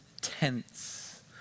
tense